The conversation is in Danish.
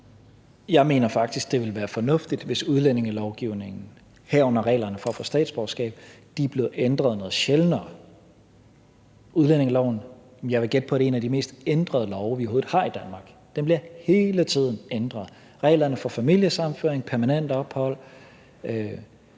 Jeg mener faktisk, at det ville være fornuftigt, hvis udlændingelovgivningen, herunder reglerne om at få statsborgerskab, blev ændret noget sjældnere. Jeg vil gætte på, at udlændingeloven er en af de mest ændrede love, vi overhovedet har i Danmark. Den bliver hele tiden ændret – reglerne for familiesammenføring, for permanent ophold,